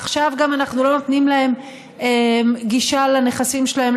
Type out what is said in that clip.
עכשיו אנחנו גם לא נותנים להם גישה לנכסים שלהם,